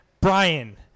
Brian